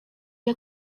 iyo